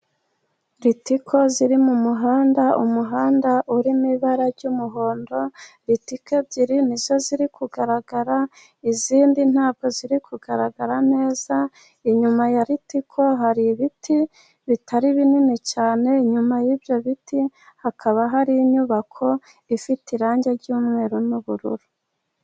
Ritiko ziri mu muhanda, umuhanda urimo ibara ry'umuhondo. Ritiko ebyiri ni zo ziri kugaragara, izindi nta bwo ziri kugaragara neza. Inyuma ya ritiko hari ibiti bitari binini cyane. Inyuma y'ibyo biti hakaba hari inyubako ifite irangi ry'umweru n'ubururu.